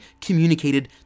communicated